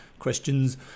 questions